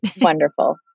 wonderful